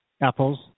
Apples